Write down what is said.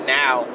now